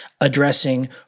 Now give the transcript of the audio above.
addressing